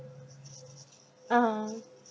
uh